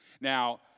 Now